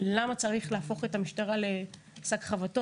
למה צריך להפוך את המשטרה לשק חבטות?